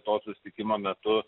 to susitikimo metu